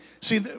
See